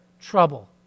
trouble